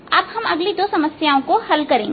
अब हम अगली दो समस्याओं को हल करेंगे